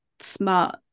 smart